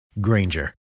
Granger